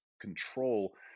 control